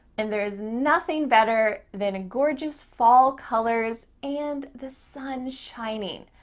and there is nothing better than a gorgeous fall colors and the sun shining.